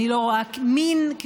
נכון.